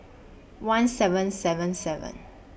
one seven seven seven